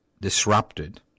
disrupted